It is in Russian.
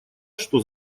что